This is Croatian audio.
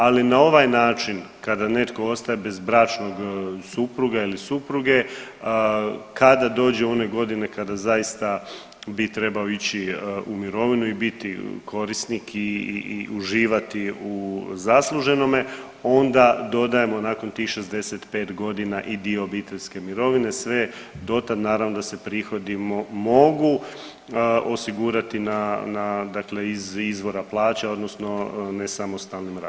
Ali na ovaj način kada netko ostaje bez bračnog supruga ili supruge, kada dođe u one godine kada zaista bi trebao ići u mirovinu i biti korisnik i uživati u zasluženome onda dodajemo nakon tih 65.g. i dio obiteljske mirovine, sve dotad naravno da se prihodi mogu osigurati na, na, dakle iz izvora plaće odnosno nesamostalnim radom.